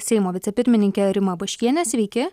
seimo vicepirmininke rima baškiene sveiki